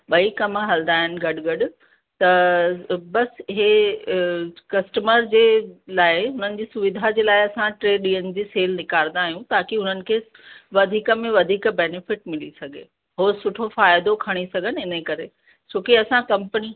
ॿई कम हलंदा आहिनि गॾ गॾ त बसि इहा कस्टमर जे लाइ हुननि जी सुविधा जे लाइ असां टे ॾींहनि जी सेल निकारंदा आहियूं ताकी हुननि खे वधीक में वधीक बेनीफिट मिली सघे उहो सुठो फ़ाइदो खणी सघनि इने करे छोकी असां कंपनी